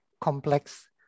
complex